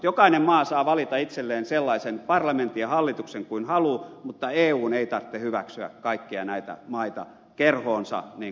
jokainen maa saa valita itselleen sellaisen parlamentin ja hallituksen kuin haluaa mutta eun ei tarvitse hyväksyä kaikkia näitä maita kerhoonsa niin kuin sanotaan